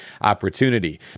opportunity